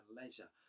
leisure